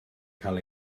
cael